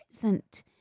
present